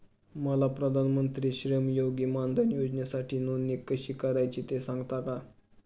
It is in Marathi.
मला प्रधानमंत्री श्रमयोगी मानधन योजनेसाठी नोंदणी कशी करायची ते सांगता का?